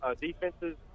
defenses